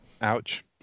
ouch